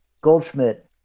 Goldschmidt